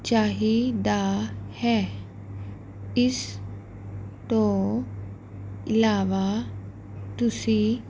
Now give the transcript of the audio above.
ਚਾਹੀਦਾ ਹੈ ਇਸ ਤੋਂ ਇਲਾਵਾ ਤੁਸੀਂ